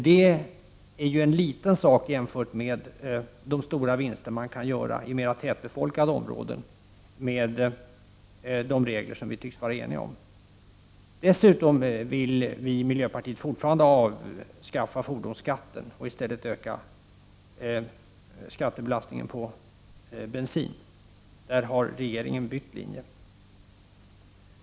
Det är ju bara en liten detalj jämfört med de stora vinster man kan göra i mera tätbefolkade områden genom att införa de regler som vi tycks vara eniga om. Dessutom vill vi i miljöpartiet fortfarande avskaffa fordonsskatten och i stället öka skattebelastningen på bensin. Där har regeringen bytt linje.